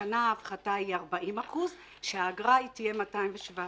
והשנה ההפחתה היא 40% והאגרה תהיה 217 שקלים.